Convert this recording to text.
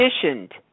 conditioned